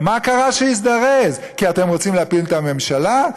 רוצים להפיל את הממשלה?